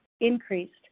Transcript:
increased